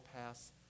pass